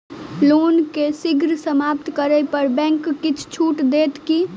loan केँ शीघ्र समाप्त करै पर बैंक किछ छुट देत की